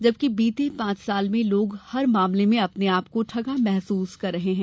जबकि बीते पांच साल में लोग हर मामलें में अपने को ठगा महसूस कर रहे हैं